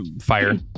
fire